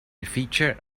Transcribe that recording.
featured